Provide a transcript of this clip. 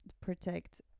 protect